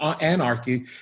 anarchy